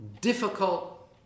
difficult